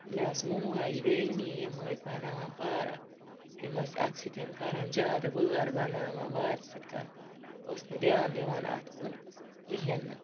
مےٚ ٲس موج بیٚنہِ یِم ٲسۍ بَناوان پارک یِم ٲسۍ اَتھ سۭتۍ کَران جادٕ وٲر بَناوان وارِ سۭتۍ کَران بہٕ ٲسٕس نہٕ دیان دِوان اَتھ کُن کِہیٖنۍ نہٕ